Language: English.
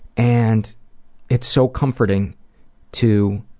and it's so comforting to